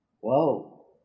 Whoa